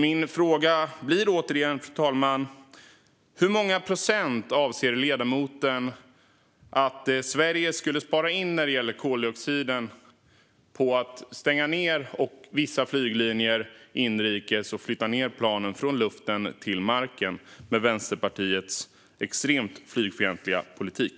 Min fråga blir alltså återigen hur många procent ledamoten anser att Sverige skulle spara in när det gäller koldioxiden på att stänga vissa flyglinjer inrikes och flytta ned planen från luften till marken med Vänsterpartiets extremt flygfientliga politik.